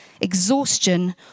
exhaustion